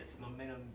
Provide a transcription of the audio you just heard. momentum